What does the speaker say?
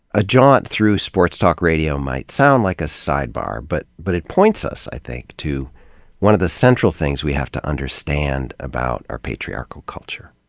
a jaunt through sports talk radio might sound like a sidebar. but but it points us, i think, to one of the central things we have to understand about our patriarchal culture.